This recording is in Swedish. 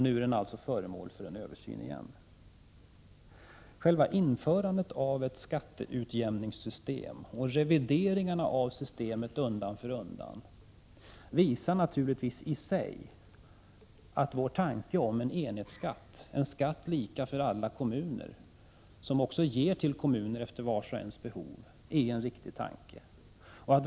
Nu är det alltså föremål för översyn igen. Själva införandet av skatteutjämningssystemet och revideringarna undan för undan visar i sig att vår tanke om en enhetsskatt, lika för alla kommuner, som också ger till kommunerna efter vars och ens behov, är en riktig tanke.